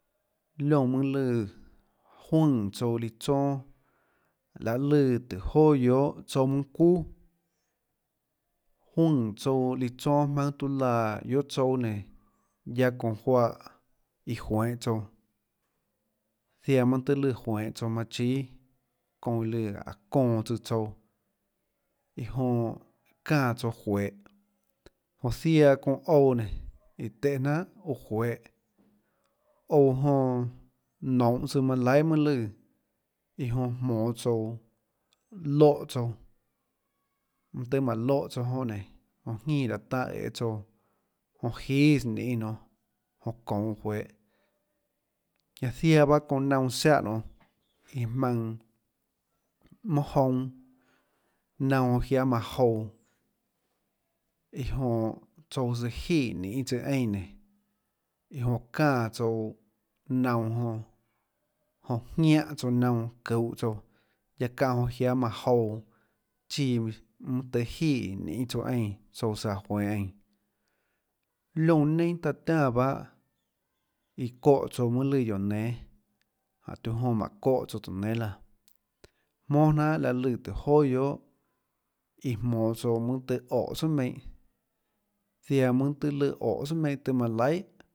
Liónã mønâ lùã juønè tsouã líã tsonâ laê lùã tùhå jonà guiohà mønâ çuuà juønè tsouã líã tsonâ jmaønâ tiuâ laã guiohà tsouâ nenã guiaâ çounã juáhã iã juenhå tsouã ziaã mønâ tøê lùã juenhå tsouã manã chíâ çounã iã lùã áhå çonã tsóã tsouã iã jonã çáã tsouã juehå jonã ziaã çounã ouã nénå iã téhå jnanhà ouã juehå ouã jonã nounhå tsøã manã laihà mønâ lùã iã jonã jmonå tsouã lóhã tsouã mønâ tøhê mánå lóhã tsouã jonã nénå jonã ñínã laê tanâ æê tsouã jonã jísâ ninê nionê jonã çounå juehå ñanã ziaã pahâ çounã naunã ziáhã nionê iã jmaønã monà jounâ naunã jonã jiáâ manã jounã iã jonã tsouã tsøã jiè ninê tsøã eínã nénã iã jonã çánã tsouã naunã jonã jonã jñiáhã tsouã naunã çuuhå tsouã guiaâ çáhã jonã jiáâ manã jouã chíã mønâ tøhê jiè ninê tsouã eínã tsouã søã aã juenhå eínã liónã nenâ taã tiánã bahâ iã çóhå tsouã mønâ lùã guióå nénâ jánhå tiuã jonã mánhå çóhã tsouã tøhê nénâ laã jmónà jnanhà laê lùã tøhê joà guiohà iã jmonå tsouã mønâ tøhê óhå tsùà meinhâ ziaã mønâ tøhê lùã.